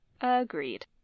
Agreed